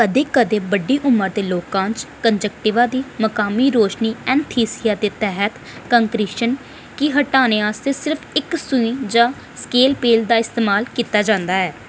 कदें कदें बड्डी उमर दे लोकें च कंजाक्तिवा दी मकामी रोशनी एनेस्थीसिया दे तैह्त कंकरीशन गी हटाने आस्तै सिर्फ इक सूई जां स्केलपेल दा इस्तेमाल कीता जंदा ऐ